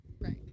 Right